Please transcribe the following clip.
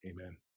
Amen